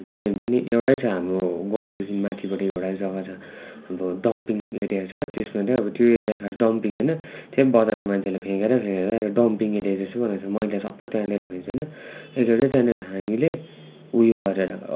land पनि एउटै छ हाम्रो गाउँदेखि माथिपट्टि एउटा जग्गा छ अब डम्पिङ एरिया छ त्यसमा चाहिँ अब त्यो एरिया खास डम्पिङ होइन त्यहाँ पनि बजारको मान्छेहरूले फ्याँकेर फ्याँकेर अहिले डम्पिङ एरिया जस्तो बनाएको छ मैला सबै त्यहाँ ल्याएर फ्याँक्छ होइन एकखेप चाहिँ त्यहाँनिर हामीले उयो गरेर